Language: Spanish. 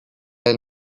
del